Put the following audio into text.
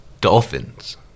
Dolphins